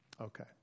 okay